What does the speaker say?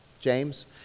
James